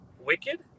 Wicked